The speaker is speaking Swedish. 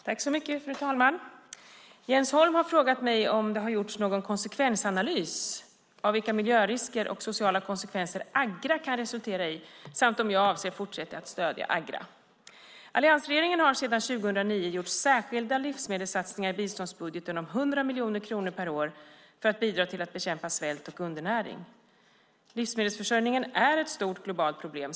Fru talman! Jens Holm har frågat mig om det har gjorts någon konsekvensanalys av vilka miljörisker och sociala konsekvenser Agra kan resultera i samt om jag avser att fortsätta att stödja Agra. Alliansregeringen har sedan 2009 gjort särskilda livsmedelssatsningar i biståndsbudgeten om 100 miljoner kronor per år för att bidra till att bekämpa svält och undernäring. Livsmedelsförsörjningen är ett stort globalt problem.